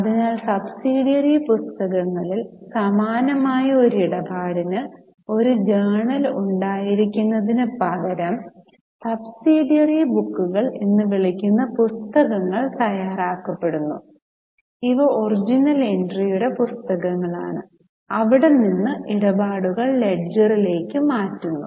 അതിനാൽ സബ്സിഡിയറി പുസ്തകങ്ങളിൽ സമാനമായ ഒരു ഇടപാടിന് ഒരു ജേണൽ ഉണ്ടായിരിക്കുന്നതിനുപകരം സബ്സിഡിയറി ബുക്കുകൾ എന്ന് വിളിക്കപ്പെടുന്ന പുസ്തകങ്ങളൾ തയ്യാറാക്കപ്പെടുന്നു ഇവ ഒറിജിനൽ എൻട്രിയുടെ പുസ്തകങ്ങളാണ് അവിടെ നിന്ന് ഇടപാടുകൾ ലെഡ്ജറിലേക്ക് മാറ്റുന്നു